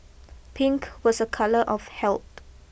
pink was a colour of health